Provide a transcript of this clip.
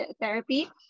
therapy